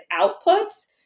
outputs